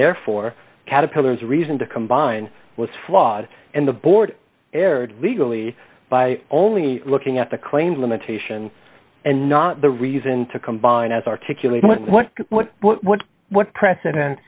therefore caterpillars reason to combine was flawed and the board erred legally by only looking at the claims limitation and not the reason to combine as articulate what what what what what precedent